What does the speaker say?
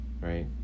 right